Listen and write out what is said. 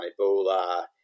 Ebola